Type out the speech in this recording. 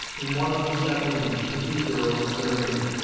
in one of them sat mimi, the two girls, and their maid,